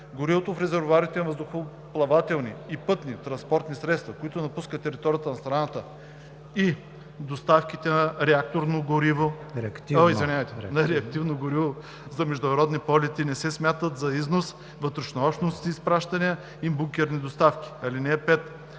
(4)Горивото в резервоарите на въздухоплавателни и пътни транспортни средства, които напускат територията на страната и доставките на реактивно гориво за международни полети не се смятат за износ, вътрешнообщностни изпращания и бункерни доставки. (5)